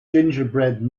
gingerbread